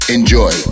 Enjoy